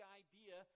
idea